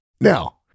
Now